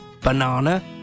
banana